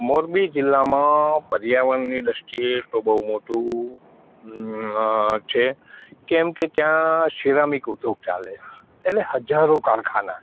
મોરબી જિલ્લામાં પર્યાવરણની દૃષ્ટિએ તો બહુ મોટું છે કેમ કે ત્યાં સિરામિક ઉદ્યોગ ચાલે એટલે હજારો કામ કારખાના છે